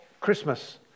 Christmas